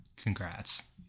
Congrats